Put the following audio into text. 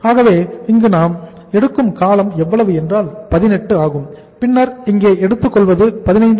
ஆகவே இங்கு நாம் எடுக்கும் காலம் எவ்வளவு என்றால் 18 ஆகும் பின்னர் இங்கே எடுத்துக்கொள்வது 15